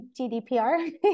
GDPR